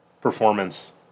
performance